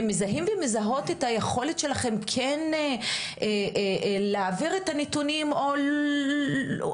הן מזהות ומזהים את היכולת שלכם כן להעביר את הנתונים או פחות.